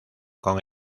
con